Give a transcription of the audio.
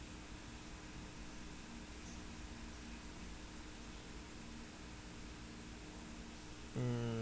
mm